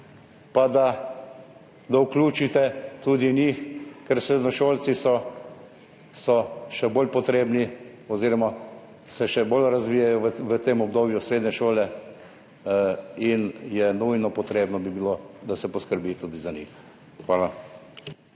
da vključite tudi njih, ker srednješolci se še bolj razvijajo v tem obdobju srednje šole in nujno potrebno bi bilo, da se poskrbi tudi za njih. Hvala.